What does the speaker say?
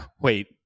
wait